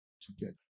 together